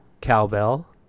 cowbell